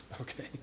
Okay